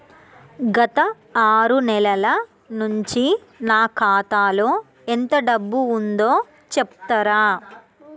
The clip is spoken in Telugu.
గత ఆరు నెలల నుంచి నా ఖాతా లో ఎంత డబ్బు ఉందో చెప్తరా?